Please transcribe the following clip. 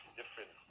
different